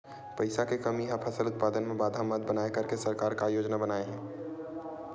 पईसा के कमी हा फसल उत्पादन मा बाधा मत बनाए करके सरकार का योजना बनाए हे?